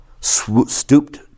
stooped